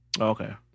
okay